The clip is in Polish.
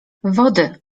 wody